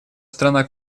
страна